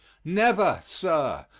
never, sir,